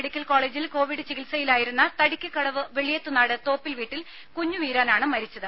medical കോളേജിൽ COVID ചികിത്സയിലായിരുന്ന തടിക്കക്കടവ് വെളിയത്തുനാട് തോപ്പിൽ വീട്ടിൽ കുഞ്ഞുവീരാൻ ആണ് മരിച്ചത്